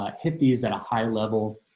ah hit these at a high level,